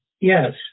yes